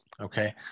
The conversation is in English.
Okay